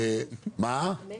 המצ'ינג?